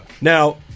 Now